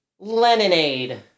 Leninade